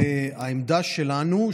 העמדה שלנו,